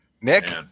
Nick